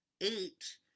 eight